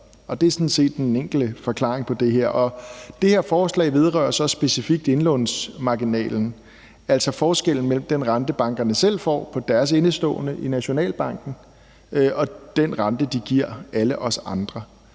det er sådan set den enkle forklaring på det her. Det her forslag vedrører så specifikt indlånsmarginalen, altså forskellen mellem den rente, bankerne selv får på deres indestående i Nationalbanken, og den rente, de giver alle os andre.